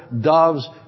doves